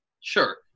Sure